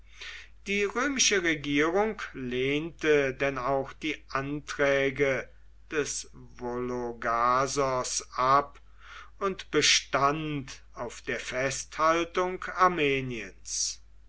die römische regierung lehnte denn auch die anträge des vologasos ab und bestand auf der festhaltung armeniens